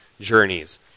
journeys